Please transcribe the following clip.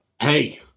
Hey